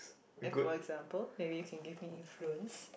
like for example maybe you can give me influence